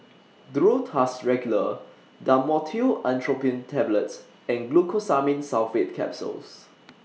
Duro Tuss Regular Dhamotil Atropine Tablets and Glucosamine Sulfate Capsules